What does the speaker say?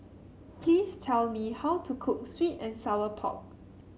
please tell me how to cook sweet and Sour Pork